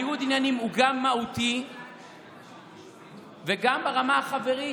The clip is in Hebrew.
ניגוד העניינים הוא גם מהותי וגם ברמה החברית.